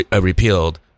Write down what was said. repealed